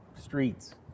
streets